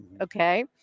okay